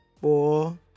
four